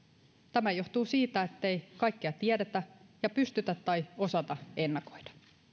tämä johtuu siitä ettei kaikkea tiedetä ja pystytä tai osata ennakoida